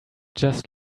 just